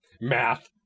Math